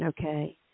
Okay